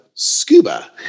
Scuba